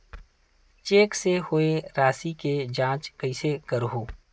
Cheque से होए राशि के जांच कइसे करहु?